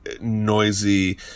noisy